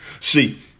See